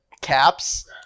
caps